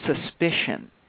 suspicion